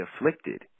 afflicted